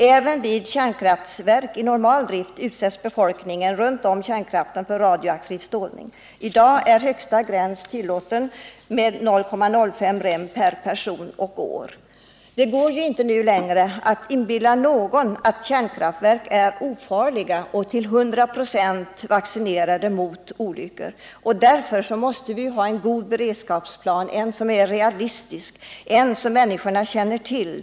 Även vid kärnkraftverk i normal drift utsätts befolkningen runt omkring verket för radioaktiv strålning. I dag är högsta tillåtna gräns 0,05 rem per person och år. Det går nu inte längre att inbilla någon att kärnkraftverk är ofarliga och till 100 96 ”vaccinerade” mot olyckor. Därför måste vi ha en god beredskapsplan, som är realistisk och som människorna känner till.